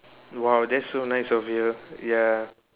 !wah! that's so nice of you ya